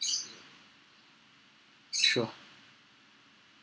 sure